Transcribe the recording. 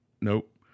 Nope